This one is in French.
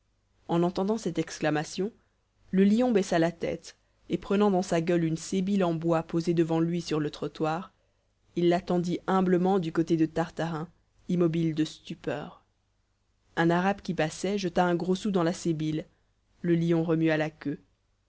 en entendant cette exclamation le lion baissa la tête et prenant dans sa gueule une sébile en bois posée devant lui sur le trottoir il la tendit humblement du côté de tartarin immobile de stupeur un arabe qui passait jeta un gros sou dans la sébile le lion remua la queue